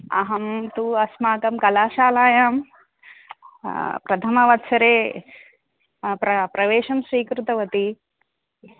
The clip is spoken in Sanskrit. अहं तु अस्माकं कलाशालायां प्रथमवत्सरे प्र प्रवेशं स्वीकृतवती